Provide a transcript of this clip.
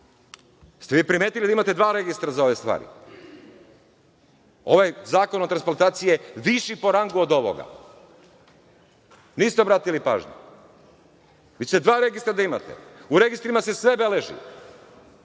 ste vi primetili da imate dva registra za ove stvari? Ovaj Zakon o transplantaciji je viši po rangu od ovoga. Niste obratili pažnju? Vi ćete dva registra da imate. U registrima se sve beleži,